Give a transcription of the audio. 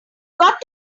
got